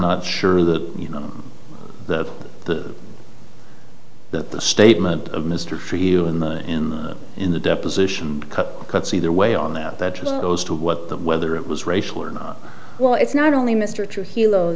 not sure that you know that the that the statement of mr for you in the in the in the deposition cut cuts either way on that that goes to what that whether it was racial or not well it's not only mr